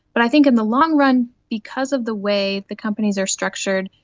but i think in the long run because of the way the companies are structured,